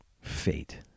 fate